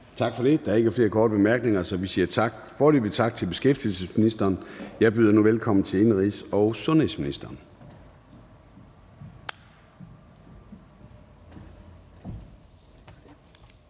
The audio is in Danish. Tak for det. Der er ikke flere korte bemærkninger, så vi siger foreløbig tak til beskæftigelsesministeren. Jeg byder nu velkommen til indenrigs- og sundhedsministeren.